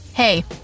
Hey